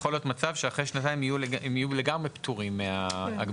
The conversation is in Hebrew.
יכול להיות מצב שאחרי שנתיים הם יהיו לגמרי פטורים מההגבלות?